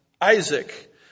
Isaac